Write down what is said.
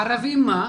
ערבים, מה?